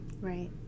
Right